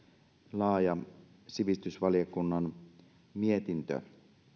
laaja sivistysvaliokunnan mietintö